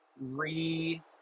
re